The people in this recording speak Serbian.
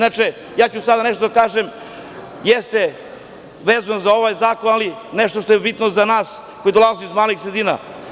Sada ću nešto da kažem, jeste vezano za ovaj zakon, ali nešto što je bitno za nas koji dolazimo iz malih sredina.